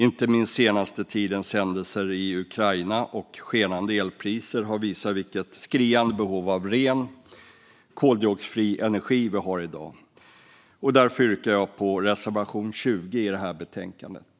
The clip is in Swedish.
Inte minst den senaste tidens händelser i Ukraina och skenande elpriser har visat vilket skriande behov av ren, koldioxidfri energi vi har i dag. Därför yrkar jag bifall till reservation 20 i betänkandet.